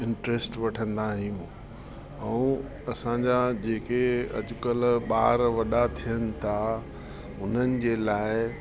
interest वठंदा आहियूं ऐं असांजा जेके अॼकल्ह ॿार वॾा थियनि था हुननि जे लाइ